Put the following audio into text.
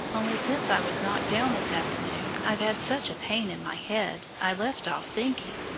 only since i was knocked down this afternoon i've had such a pain in my head i left off thinking.